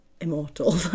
immortal